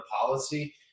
policy